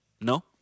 No